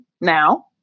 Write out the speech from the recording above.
Now